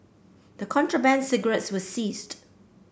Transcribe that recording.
the contraband cigarettes were seized